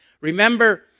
Remember